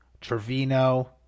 Trevino